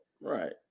Right